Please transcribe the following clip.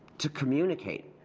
to communicate.